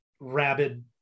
rabid